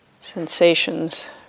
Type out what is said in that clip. Sensations